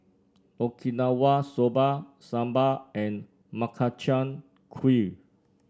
Okinawa Soba Sambar and Makchang Gui